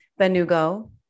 Benugo